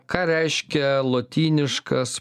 ką reiškia lotyniškas